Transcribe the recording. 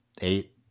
eight